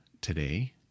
today